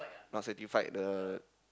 not satisfied the